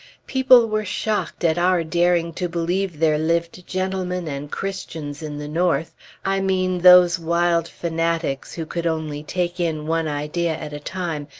people were shocked at our daring to believe there lived gentlemen and christians in the north i mean those wild fanatics, who could only take in one idea at a time,